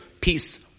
Peace